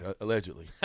allegedly